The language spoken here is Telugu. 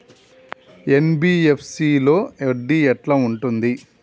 ఎన్.బి.ఎఫ్.సి లో వడ్డీ ఎట్లా ఉంటది?